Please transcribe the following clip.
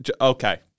Okay